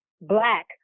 black